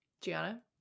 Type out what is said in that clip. Gianna